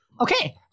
Okay